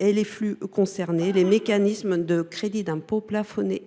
et les flux concernés, un mécanisme de crédit d’impôt plafonné.